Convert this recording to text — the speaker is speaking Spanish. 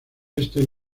este